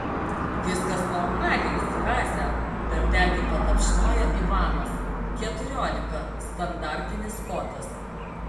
viskas normaliai zraze per petį patapšnojo ivanas keturiolika standartinis kotas